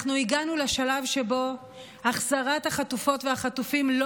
אנחנו הגענו לשלב שבו החזרת החטופות והחטופים לא